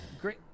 Great